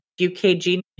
UKG